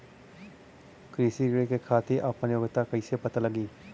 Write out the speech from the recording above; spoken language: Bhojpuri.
कृषि ऋण के खातिर आपन योग्यता कईसे पता लगी?